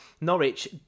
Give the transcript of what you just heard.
Norwich